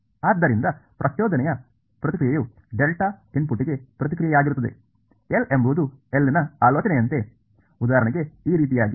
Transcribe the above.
ಆದ್ದರಿಂದ ಪ್ರಚೋದನೆಯ ಪ್ರತಿಕ್ರಿಯೆಯು ಡೆಲ್ಟಾ ಇನ್ಪುಟ್ಗೆ ಪ್ರತಿಕ್ರಿಯೆಯಾಗಿರುತ್ತದೆ L ಎಂಬುದು L ನ ಆಲೋಚನೆಯಂತೆ ಉದಾಹರಣೆಗೆ ಈ ರೀತಿಯಾಗಿ